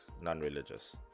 non-religious